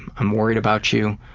i'm worried about you.